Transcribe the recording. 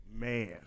Man